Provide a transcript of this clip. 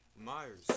Myers